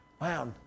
wow